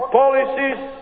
policies